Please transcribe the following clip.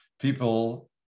people